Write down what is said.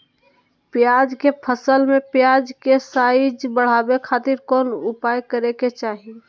प्याज के फसल में प्याज के साइज बढ़ावे खातिर कौन उपाय करे के चाही?